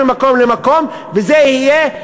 נא לסיים.